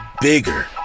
bigger